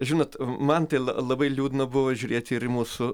žinot man tai labai liūdna buvo žiūrėti ir į mūsų